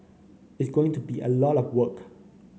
it's going to be a lot of work